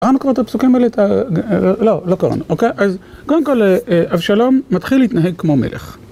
קראנו כבר את הפסוקים האלה? לא, לא קראנו, אוקיי? אז קודם כל אבשלום מתחיל להתנהג כמו מלך.